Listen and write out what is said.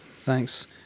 Thanks